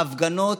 ההפגנות